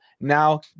now